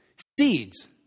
seeds